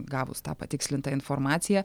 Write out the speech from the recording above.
gavus tą patikslintą informaciją